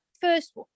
first